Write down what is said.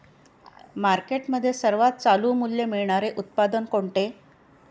मार्केटमध्ये सर्वात चालू मूल्य मिळणारे उत्पादन कोणते?